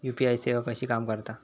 UPI सेवा कशी काम करता?